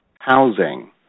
housing